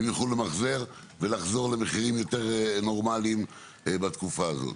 הם יוכלו למחזר ולחזור למחירים יותר נורמאליים בתקופה הזאת.